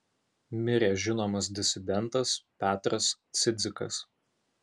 mirė žinomas disidentas petras cidzikas